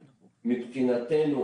מבחינתנו,